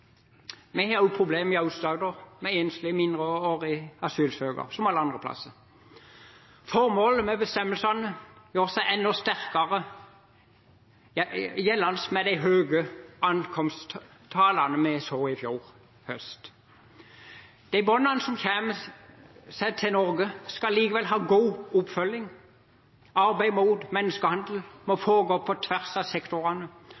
Vi har også problemer med enslige mindreårige asylsøkere i Aust-Agder, som alle andre plasser. Formålet med bestemmelsene gjør seg sterkere gjeldende med de høye ankomsttallene vi så i fjor høst. De barna som kommer seg til Norge, skal likevel ha god oppfølging. Arbeidet mot menneskehandel må foregå på tvers av sektorene,